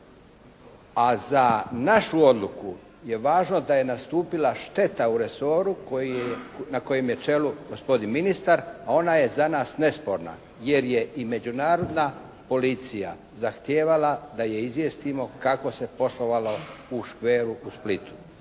A za našu odluku je važno da je nastupila šteta u resoru koji je, na kojem je čelu gospodin ministar a ona je za nas nesporna jer je i međunarodna policija zahtijevala da je izvijestimo kako se poslovalo u «Škveru» u Splitu?